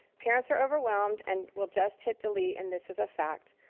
parents are overwhelmed and will just hit delete, and this is a fact.